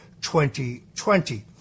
2020